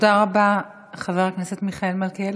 תודה רבה, חבר הכנסת מיכאל מלכיאלי.